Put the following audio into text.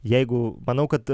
jeigu manau kad